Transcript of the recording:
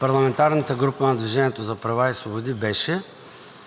парламентарната група на „Движение за права и свободи“ беше